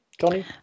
Johnny